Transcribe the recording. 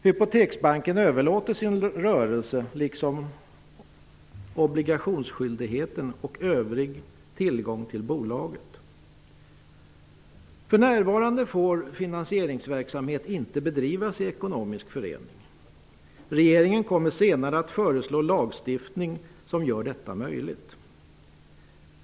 Hypoteksbanken överlåter sin rörelse, liksom obligationsskyldigheterna och övrig tillgång till bolaget. För närvarande får finansieringsverksamhet inte bedrivas i ekonomisk förening. Regeringen kommer senare att föreslå lagstiftning som gör detta möjligt.